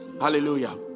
Hallelujah